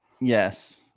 Yes